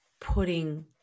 putting